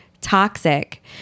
toxic